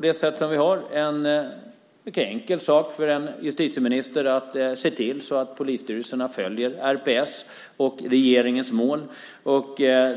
Det är en mycket enkel sak för en justitieminister att se till att polisstyrelserna följer RPS och regeringens mål.